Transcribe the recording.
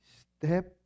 step